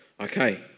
Okay